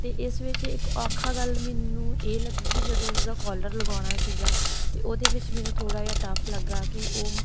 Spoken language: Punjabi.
ਅਤੇ ਇਸ ਵਿੱਚ ਇੱਕ ਔਖਾ ਗੱਲ ਮੈਨੂੰ ਇਹ ਲੱਗੀ ਕਿ ਜਦੋਂ ਉਸਦਾ ਕੋਲਰ ਲਗਾਉਣਾ ਸੀਗਾ ਅਤੇ ਉਹਦੇ ਵਿੱਚ ਮੈਨੂੰ ਥੋੜ੍ਹਾ ਜਿਹਾ ਟੱਫ ਲੱਗਾ ਕਿ ਉਹ